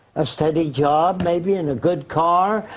a steady job, maybe, and a good car.